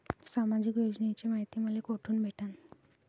सामाजिक योजनेची मायती मले कोठून भेटनं?